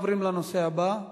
עוברים לנושא הבא.